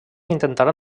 intentarà